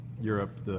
Europe